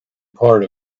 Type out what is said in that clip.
part